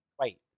right